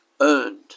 earned